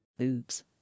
Oops